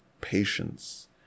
patience